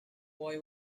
boy